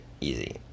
easy